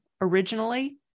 originally